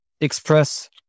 express